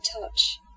touch